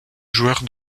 joueur